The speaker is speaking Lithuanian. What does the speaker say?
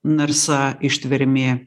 narsa ištvermė